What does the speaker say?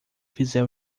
fizer